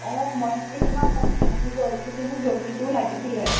অঁ মই ছাগৈ তোমাক ক'ব থাকি গ'ল কিন্তু মোক দহিটোও লাগিছিলে